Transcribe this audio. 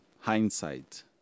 hindsight